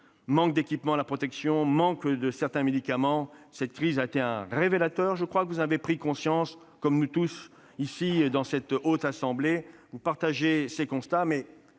manque d'équipements de protection, manque de certains médicaments : cette crise a été un révélateur, ce dont, je crois, vous avez pris conscience. Comme nous tous ici dans cette Haute Assemblée, vous partagez ces constats,